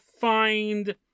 find